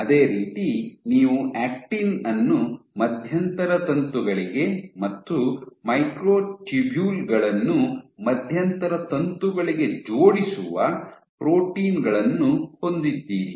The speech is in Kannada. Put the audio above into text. ಅದೇ ರೀತಿ ನೀವು ಆಕ್ಟಿನ್ ಅನ್ನು ಮಧ್ಯಂತರ ತಂತುಗಳಿಗೆ ಮತ್ತು ಮೈಕ್ರೊಟ್ಯೂಬ್ಯೂಲ್ ಗಳನ್ನು ಮಧ್ಯಂತರ ತಂತುಗಳಿಗೆ ಜೋಡಿಸುವ ಪ್ರೋಟೀನ್ ಗಳನ್ನು ಹೊಂದಿದ್ದೀರಿ